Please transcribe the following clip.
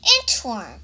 Inchworm